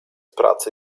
pracy